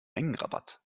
mengenrabatt